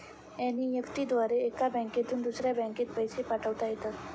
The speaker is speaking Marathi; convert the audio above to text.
एन.ई.एफ.टी द्वारे एका बँकेतून दुसऱ्या बँकेत पैसे पाठवता येतात